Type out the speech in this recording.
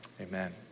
amen